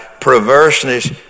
Perverseness